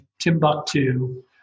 Timbuktu